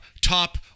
top